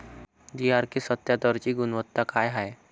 DRK सत्यात्तरची गुनवत्ता काय हाय?